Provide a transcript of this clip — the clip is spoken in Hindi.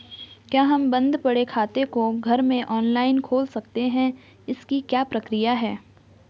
क्या हम बन्द पड़े खाते को घर में ऑनलाइन खोल सकते हैं इसकी क्या प्रक्रिया है?